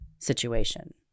situation